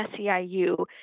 SEIU